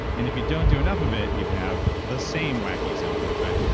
and if you don't do enough of it, you can have the same wacky symptoms, right?